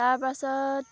তাৰপাছত